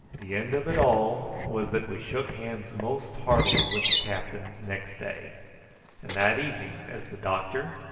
the end of it all was that we shook hands most heartily with the captain next day and that evening as the doctor,